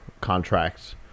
contracts